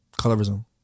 colorism